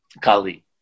Kali